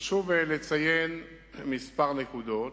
חשוב לציין כמה נקודות.